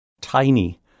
tiny